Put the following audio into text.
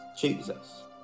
jesus